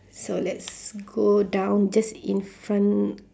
so let's go down just in front